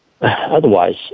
Otherwise